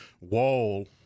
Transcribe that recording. wall